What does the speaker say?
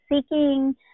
seeking